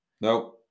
No